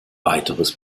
weiteres